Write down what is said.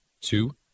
two